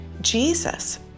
Jesus